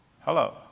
Hello